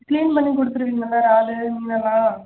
clean பண்ணிக் கொடுத்துருவீங்கள்ல இறாலு முன்னெல்லாம்